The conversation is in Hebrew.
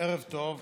ערב טוב,